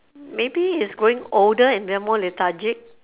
maybe it's growing older and then more lethargic